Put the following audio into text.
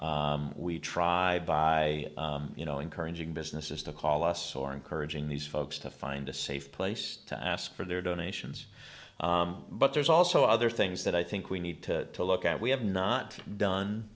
public we tried by you know encouraging businesses to call us or encouraging these folks to find a safe place to ask for their donations but there's also other things that i think we need to look at we have not done